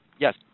Yes